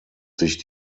sich